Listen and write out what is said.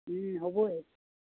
হ'বহে